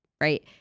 right